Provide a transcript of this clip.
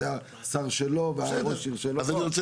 הערר יוגש על ידי